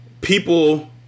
People